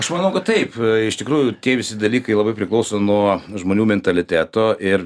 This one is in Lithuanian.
aš manau kad taip iš tikrųjų tie visi dalykai labai priklauso nuo žmonių mentaliteto ir